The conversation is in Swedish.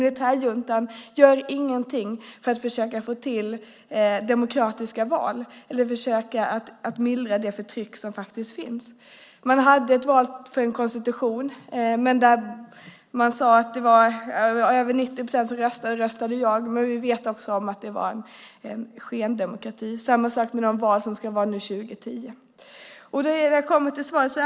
Militärjuntan gör ingenting för att få till stånd demokratiska val eller mildra det förtryck som finns. Man hade ett val om en konstitution. Man sade att över 90 procent av de röstande som sade ja. Men vi vet att det var en skendemokrati. På samma sätt förhåller det sig med de val som ska ske 2010.